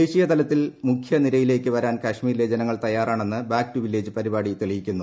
ദേശീയതലത്തിൽ മുഖ്യനിരയിലേക്ക് വരാൻ കാശ്മീരിലെ ജനങ്ങൾ തയ്യാറാണെന്ന് ബാക് ടു വില്ലേജ് പരിപാടി തെളിയിക്കുന്നു